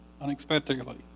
unexpectedly